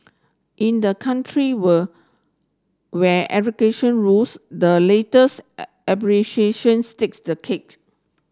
in the country word where rules the latest takes the cake